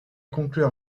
conclure